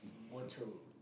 motto